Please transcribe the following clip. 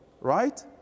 right